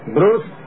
Bruce